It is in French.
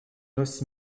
noces